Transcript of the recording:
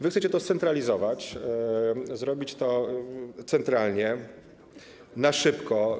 Wy chcecie to scentralizować, zrobić to centralnie, na szybko.